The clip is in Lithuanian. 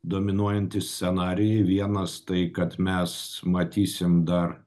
dominuojantys scenarijai vienas tai kad mes matysim dar